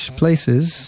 places